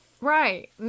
Right